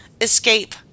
escape